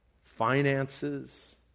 finances